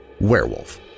werewolf